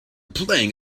playing